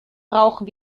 brauchen